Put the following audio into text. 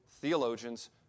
theologians